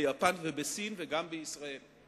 ביפן ובסין וגם בישראל.